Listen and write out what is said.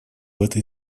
этой